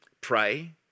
pray